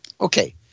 Okay